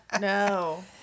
No